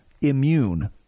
immune